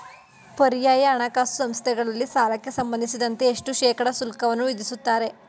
ಪರ್ಯಾಯ ಹಣಕಾಸು ಸಂಸ್ಥೆಗಳಲ್ಲಿ ಸಾಲಕ್ಕೆ ಸಂಬಂಧಿಸಿದಂತೆ ಎಷ್ಟು ಶೇಕಡಾ ಶುಲ್ಕವನ್ನು ವಿಧಿಸುತ್ತಾರೆ?